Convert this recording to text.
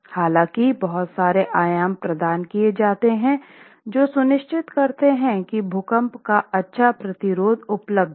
हालांकि बहुत सारे आयाम प्रदान किए जाते हैं जो सुनिश्चित करते हैं कि भूकंप का अच्छा प्रतिरोध उपलब्ध है